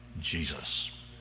Jesus